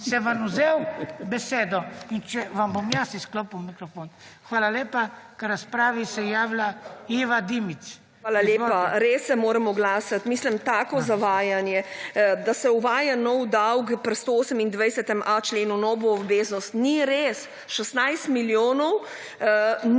Hvala lepa. Res se moram oglasiti mislim tako zavajanje, da se uvaja novi davek pri 128.a členu novo obveznost ni res. 16 milijonov